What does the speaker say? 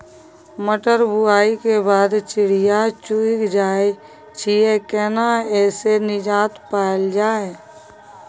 मटर बुआई के बाद चिड़िया चुइग जाय छियै केना ऐसे निजात पायल जाय?